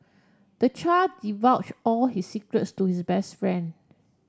the child divulged all his secrets to his best friend